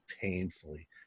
painfully